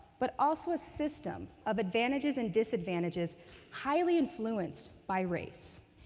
but also a system of advantages and disadvantages highly influenced by race.